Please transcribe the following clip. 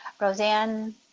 Roseanne